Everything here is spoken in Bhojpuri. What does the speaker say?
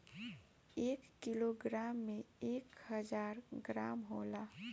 एक किलोग्राम में एक हजार ग्राम होला